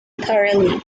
thoroughly